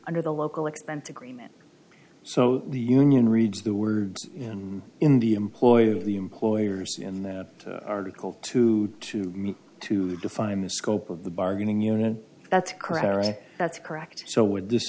under the local expense agreement so the union reads the words in india employee of the employers in the article two to me to define the scope of the bargaining unit that's correct that's correct so would this